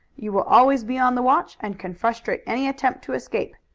you will always be on the watch and can frustrate any attempt to escape.